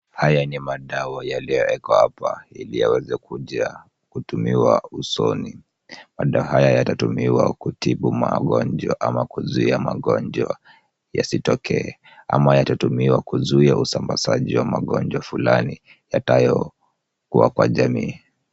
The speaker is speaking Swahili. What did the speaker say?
Haya ni madawa yaliyowekwa hapa ili yaweze kuja kutumiwa usoni. Madawa haya yatatumiwa kutibu ama kuzuia magonjwa yasitokee ama yatatumiwa kuzuia usambazaji wa magonjwa fulani yatayokuwa kwenye jamii.